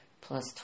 plus